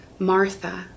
Martha